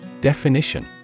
Definition